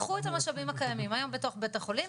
קחו את המשאבים הקיימים היום בתוך בית החולים,